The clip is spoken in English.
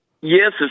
Yes